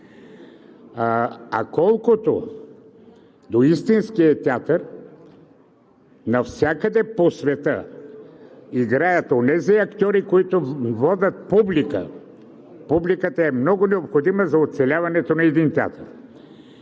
Колкото до истинския театър, навсякъде по света играят онези актьори, които водят публика. Публиката е много необходима за оцеляването на един театър.